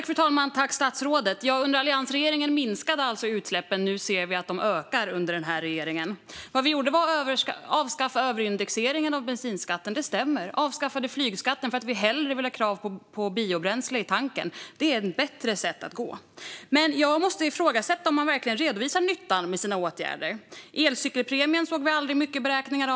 Fru talman! Statsrådet! Under alliansregeringen minskade alltså utsläppen. Nu ser vi att de ökar under den här regeringen. Vad vi gjorde var att avskaffa överindexeringen av bensinskatten - det stämmer. Vi avskaffade flygskatten, för vi vill hellre ha krav på biobränsle i tanken. Det är en bättre väg att gå. Men jag måste ifrågasätta om man verkligen redovisar nyttan med sina åtgärder. Elcykelpremien såg vi aldrig mycket beräkningar av.